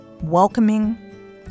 welcoming